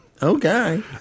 okay